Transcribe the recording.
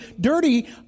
dirty